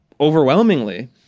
overwhelmingly